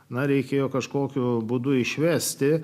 na reikėjo kažkokiu būdu išvesti